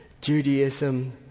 Judaism